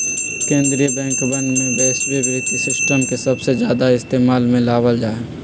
कीन्द्रीय बैंकवन में वैश्विक वित्तीय सिस्टम के सबसे ज्यादा इस्तेमाल में लावल जाहई